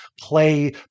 play